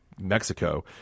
Mexico